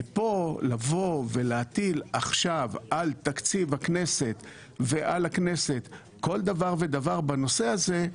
מפה לבוא ולהטיל עכשיו על תקציב הכנסת ועל הכנסת כל דבר ודבר בנושא הזה,